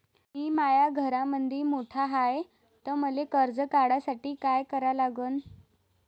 मी माया घरामंदी मोठा हाय त मले कर्ज काढासाठी काय करा लागन?